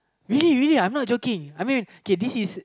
really really I'm not joking I mean K this is